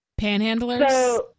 Panhandlers